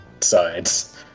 sides